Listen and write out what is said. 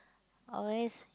always